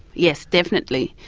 yes, definitely.